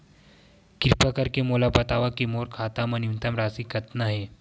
किरपा करके मोला बतावव कि मोर खाता मा न्यूनतम राशि कतना हे